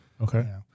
Okay